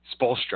Spolstra